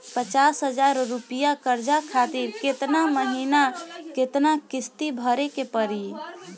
पचास हज़ार रुपया कर्जा खातिर केतना महीना केतना किश्ती भरे के पड़ी?